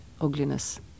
ugliness